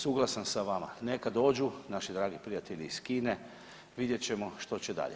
Suglasan sa vama, neka dođu naši dragi prijatelji iz Kine vidjet ćemo što će dalje.